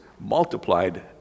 multiplied